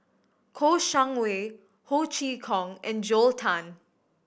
Kouo Shang Wei Ho Chee Kong and Joel Tan